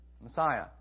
Messiah